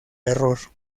error